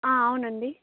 అవునండి